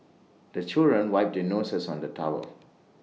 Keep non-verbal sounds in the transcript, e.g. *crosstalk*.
the children wipe their noses on the towel *noise*